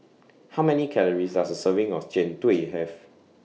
How Many Calories Does A Serving of Jian Dui Have